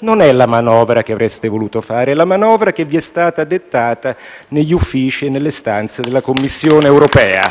non è la manovra che avreste voluto fare. È la manovra che vi è stata dettata negli uffici e nelle stanze della Commissione europea.